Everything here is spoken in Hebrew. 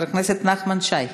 חבר הכנסת נחמן שי.